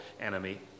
enemy